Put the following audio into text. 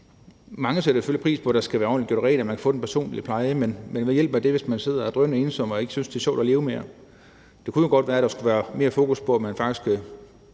sætter pris på, at der skal være gjort ordentlig rent, og at man kan få den personlige pleje. Men hvad hjælper det, hvis man sidder og er drønensom og ikke synes, det er sjovt at leve mere? Det kunne jo godt være, at der skulle være mere fokus på, hvordan man faktisk